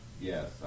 yes